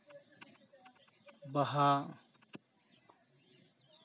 ᱵᱟᱦᱟ